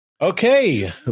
Okay